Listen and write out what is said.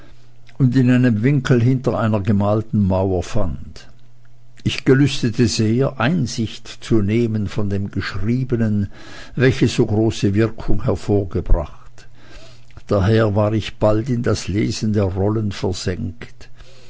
und in einem winkel hinter einer gemalten mauer fand ich gelüstete sehr einsicht zu nehmen von dem geschriebenen welches so große wirkung hervorgebracht daher war ich bald in das lesen der rollen versenkt